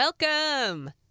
Welcome